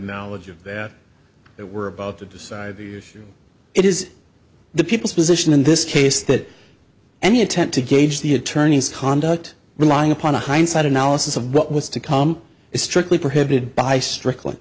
knowledge of that that we're about to decide the issue it is the people's position in this case that any attempt to gauge the attorney's conduct relying upon a hindsight analysis of what was to come is strictly prohibited by stric